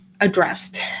addressed